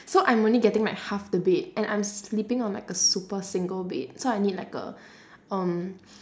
so I'm only getting like half the bed and I'm sleeping on like a super single bed so I need like a um